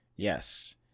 Yes